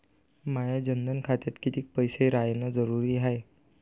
माया जनधन खात्यात कितीक पैसे रायन जरुरी हाय?